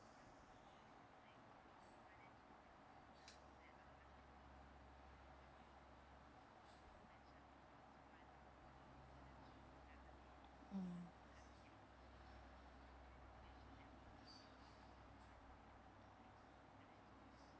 mm